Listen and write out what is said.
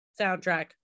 soundtrack